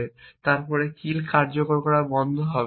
এবং তারপরে কিল কার্যকর করা বন্ধ করুন